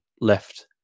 left